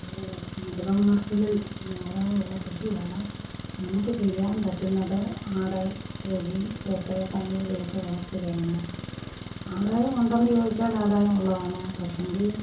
മൃഗവളർത്തലിൽ ആദായം ഉള്ള കൃഷിയാണ് നമുക്ക് ചെയ്യാൻ പറ്റുന്നത് ആട് കോഴി പോത്ത് പന്നി ഇവയൊക്കെ വളർത്തുകയാണ് ആദായം ഉണ്ടോന്നു ചോദിച്ചാലാദായം ഉള്ളതാണ് പക്ഷേങ്കില്